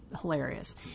hilarious